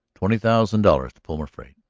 twenty thousand dollars to pull my freight.